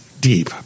deep